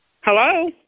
Hello